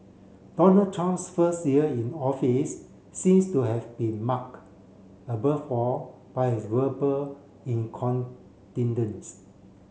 Donald Trump's first year in office seems to have been marked above all by his verbal incontinence